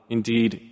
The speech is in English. Indeed